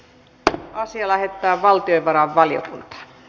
asia lähetettiin valtiovarainvaliokuntaan